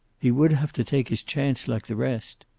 he would have to take his chance, like the rest.